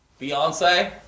Beyonce